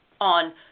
on